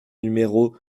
numéro